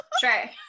Sure